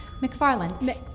McFarland